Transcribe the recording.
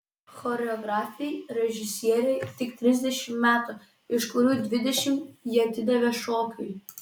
choreografei režisierei tik trisdešimt metų iš kurių dvidešimt ji atidavė šokiui